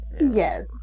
Yes